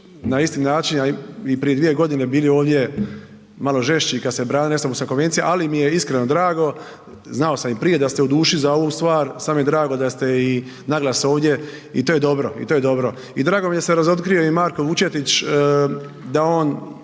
na isti način, a i prije 2.g. bili ovdje malo žešći kad se branila Istambulska konvencija, ali mi je iskreno drago, znao sam i prije da ste u duši za ovu stvar, sad mi je drago da ste i naglas ovdje i to je dobro i to je dobro, i drago mi je da se razotkrio i Marko Vučetić da on,